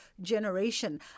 generation